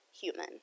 human